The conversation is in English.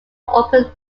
open